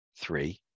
three